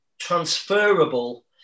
transferable